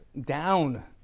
down